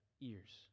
ears